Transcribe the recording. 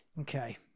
Okay